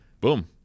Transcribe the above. Boom